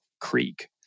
creek